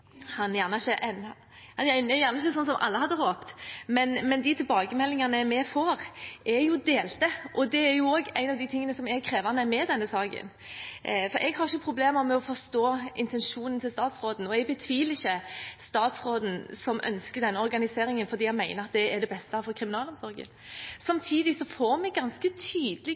hadde håpet. Men de tilbakemeldingene vi får, er delte, og det er en av de tingene som er krevende med denne saken. Jeg har ikke problemer med å forstå intensjonen til statsråden, og jeg betviler ikke at statsråden ønsker denne organiseringen fordi han mener det er det beste for kriminalomsorgen. Samtidig får vi ganske